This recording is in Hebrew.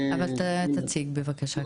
אבל תציג בבקשה.